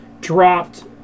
dropped